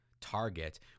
target